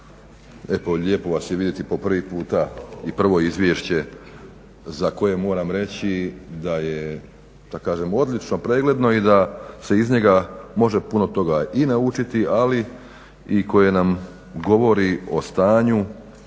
lijepo vas je vidjeti po prvi puta i prvo Izvješće za koje moram reći da je da kažem odlično, pregledno i da se iz njega može puno toga i naučiti ali i koje nam govori o stanju